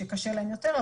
שקשה להם יותר,